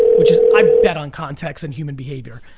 which i bet on context and human behavior.